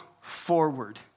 forward